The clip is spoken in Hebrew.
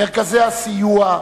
מרכזי הסיוע,